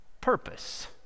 purpose